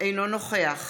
אינו נוכח